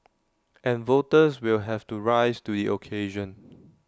and voters will have to rise to IT occasion